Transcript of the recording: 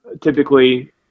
typically